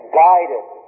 guided